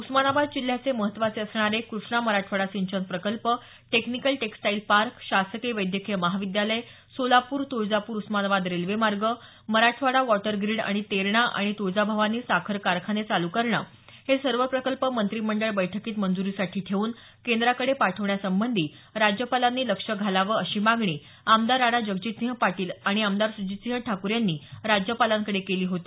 उस्मानाबाद जिल्ह्याचे महत्वाचे असणारे कृष्णा मराठवाडा सिंचन प्रकल्प टेक्निकल टेक्सटाईल पार्क शासकीय वैद्यकीय महाविद्यालय सोलापूर तुळजापूर उस्मानाबाद रेल्वे मार्ग मराठवाडा वॉटर ग्रीड आणि तेरणा आणि तुळजाभवानी साखर कारखाने चालू करणे हे सर्व प्रकल्प मंत्रिमंडळ बैठकीत मंज्रीसाठी ठेऊन केंद्राकडे पाठवण्यासंबंधी राज्यपालांनी लक्ष घालावं अशी मागणी आमदार राणा जगजितसिंह पाटील आणि आमदार सुजितसिंह ठाकूर यांनी राज्यपालांकडे केली होती